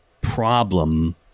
problem